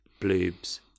bloobs